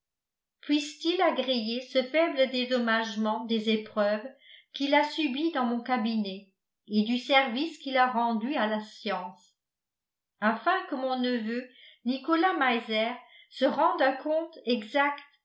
puisse-t-il agréer ce faible dédommagement des épreuves qu'il a subies dans mon cabinet et du service qu'il a rendu à la science afin que mon neveu nicolas meiser se rende un compte exact